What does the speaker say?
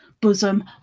bosom